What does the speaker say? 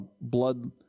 blood